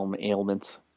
ailments